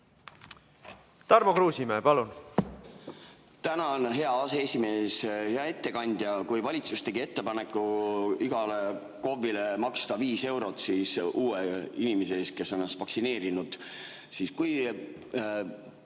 Tarmo Kruusimäe, palun!